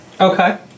Okay